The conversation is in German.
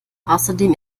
außerdem